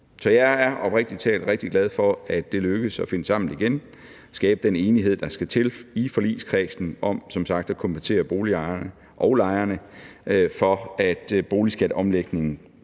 jeg er oprigtig talt rigtig glad for, at det er lykkedes at finde sammen igen og skabe den enighed, der skal til, i forligskredsen om at kompensere boligejerne og lejerne, for at boligskatteomlægningen